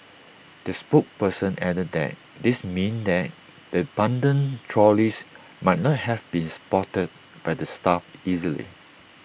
the spokesperson added that this meant that the abandoned trolleys might not have been spotted by the staff easily